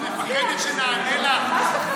את מפחדת שנענה לך?